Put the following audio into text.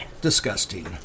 Disgusting